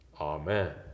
Amen